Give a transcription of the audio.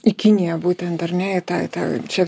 į kiniją būtent ar ne į tą tą čia